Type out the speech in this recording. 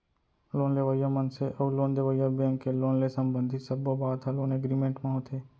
loan लेवइया मनसे अउ लोन देवइया बेंक के लोन ले संबंधित सब्बो बात ह लोन एगरिमेंट म होथे